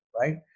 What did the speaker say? right